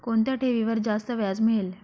कोणत्या ठेवीवर जास्त व्याज मिळेल?